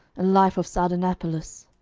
a life of sardanapalus.